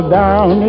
down